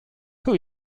who